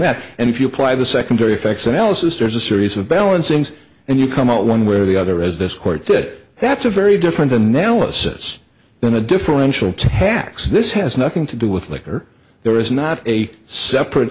that and if you apply the secondary effects analysis there's a series of balancing and you come out one way or the other as this court did that's a very different analysis than a differential tax this has nothing to do with liquor there is not a separate